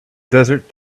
desert